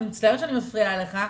פרופ' הרשקו, אני מצטערת שאני מפריעה לך.